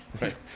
Right